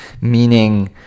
meaning